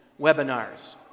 webinars